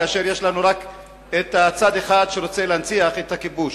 כאשר יש לנו רק צד אחד שרוצה להנציח את הכיבוש.